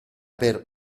per